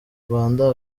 rwanda